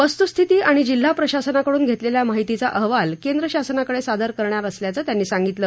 वस्तुस्थिती आणि जिल्हा प्रशासनाकडून घेतलेल्या माहितीचा अहवाल केंद्र शासनाकडे सादर करणार असल्याचं त्यांनी सांगितलं